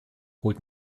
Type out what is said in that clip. holt